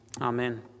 amen